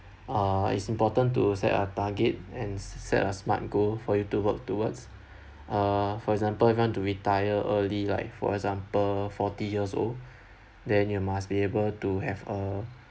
uh it's important to set a target and s~ set a smart goal for you to work towards uh for example if you want to retire early like for example forty years old then you must be able to have a